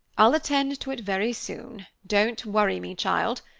i'll attend to it very soon don't worry me, child.